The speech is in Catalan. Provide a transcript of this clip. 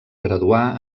graduà